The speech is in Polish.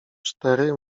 cztery